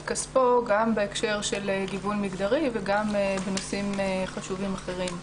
כספו גם בהקשר של גיוון מגדרי וגם בנושאים חשובים אחרים.